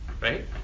right